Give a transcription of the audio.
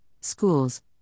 schools